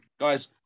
guys